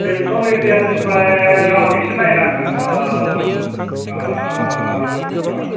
बेंटल एरियानिफ्राय र' आं एसे नायनांगोन ओ ओ र'